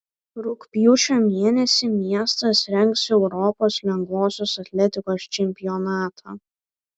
rugpjūčio mėnesį miestas rengs europos lengvosios atletikos čempionatą